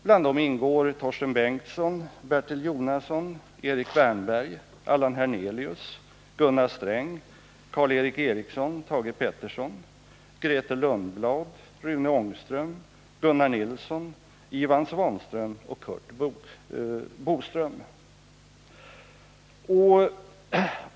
Bland dem finns Torsten Bengtson, Bertil Jonasson, Erik Wärnberg, Allan Hernelius, Gunnar Sträng, Karl Erik Eriksson, Thage Peterson, Grethe Lundblad, Rune Ångström, Gunnar Nilsson, Ivan Svanström och Curt Boström.